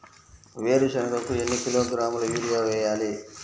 వేరుశనగకు ఎన్ని కిలోగ్రాముల యూరియా వేయాలి?